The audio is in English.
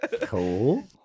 Cool